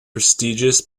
prestigious